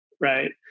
right